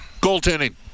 goaltending